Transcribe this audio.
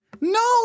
No